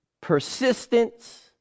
Persistence